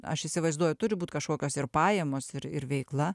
aš įsivaizduoju turi būt kažkokios ir pajamos ir ir veikla